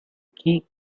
key